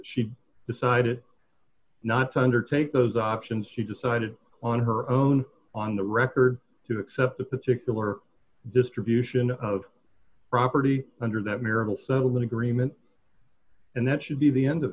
she decided not to undertake those options she decided on her own on the record to accept a particular distribution of property under that marital settlement agreement and that should be the end of